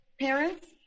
parents